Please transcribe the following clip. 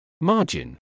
margin